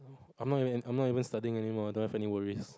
I'm not I'm not even studying anymore I don't have any worries